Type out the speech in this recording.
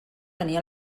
venir